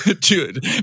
Dude